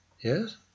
Yes